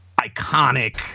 iconic